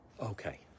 Okay